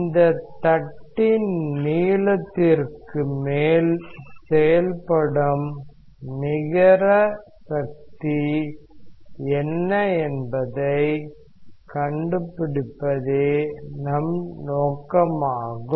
இந்த தட்டின் நீளத்திற்கு மேல் செயல்படும் நிகர சக்தி என்ன என்பதைக் கண்டுபிடிப்பதே நம் நோக்கமாகும்